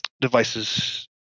devices